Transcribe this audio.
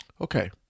Okay